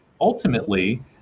ultimately